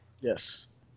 Yes